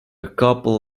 couple